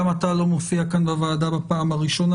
גם אתה לא מופיע כאן בוועדה בפעם הראשונה